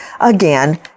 Again